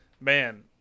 man